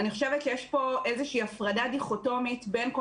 אני חושבת שיש פה איזושהי הפרדה דיכוטומית בין כל